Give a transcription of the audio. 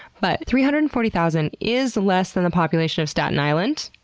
but three hundred and forty thousand is less than the population of staten island,